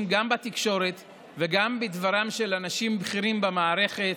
גם בתקשורת וגם בדברם של אנשים בכירים במערכת,